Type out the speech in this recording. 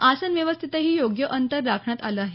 आसन व्यवस्थेतही योग्य अंतर राखण्यात आलं आहे